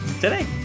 today